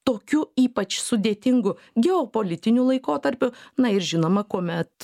tokiu ypač sudėtingu geopolitiniu laikotarpiu na ir žinoma kuomet